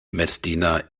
messdiener